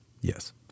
Yes